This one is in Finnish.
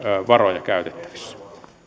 varoja käytettävissä äsken